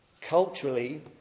Culturally